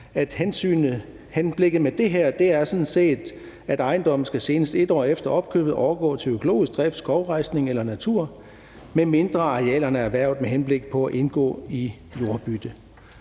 at det her sådan set er med henblik på, at ejendommen senest 1 år efter opkøbet skal overgå til økologisk drift, skovrejsning eller natur, medmindre arealerne er erhvervet med henblik på at indgå i jordbytte.